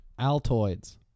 Altoids